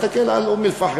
מסתכל על אום-אלפחם,